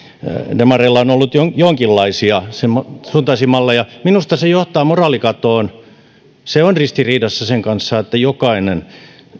demareilla on ollut jonkinlaisia sen suuntaisia malleja minusta se johtaa moraalikatoon se on ristiriidassa sen kanssa että jokainen